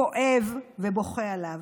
כואב ובוכה עליו.